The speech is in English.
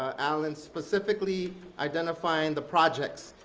ah alan, specifically identifying the projects.